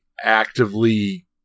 actively